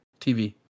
TV